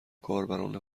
کاربران